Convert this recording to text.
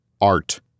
art